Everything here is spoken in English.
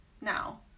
now